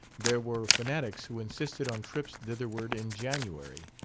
there were fanatics who insisted on trips thitherward in january.